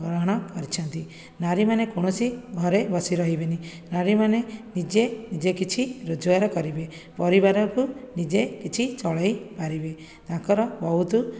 ଗ୍ରହଣ କରିଛନ୍ତି ନାରୀମାନେ କୌଣସି ଘରେ ବସି ରହିବେନି ନାରୀ ମାନେ ନିଜେ ନିଜେ କିଛି ରୋଜଗାର କରିବେ ପରିବାରକୁ ନିଜେ କିଛି ଚଳାଇ ପାରିବେ ତାଙ୍କର ବହୁତ